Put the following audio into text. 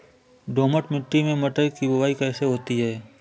दोमट मिट्टी में मटर की बुवाई कैसे होती है?